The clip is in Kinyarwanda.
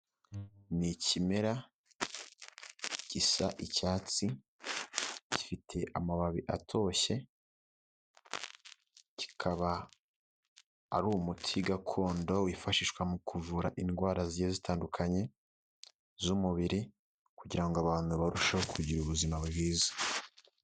Ni ikimera gisa icyatsi gifite amababi atoshye, kikaba ari umuti gakondo wifashishwa mu kuvura indwara zigiye zitandukanye z'umubiri, kugirango abantu barusheho kugira ubuzima bwiza.